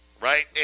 Right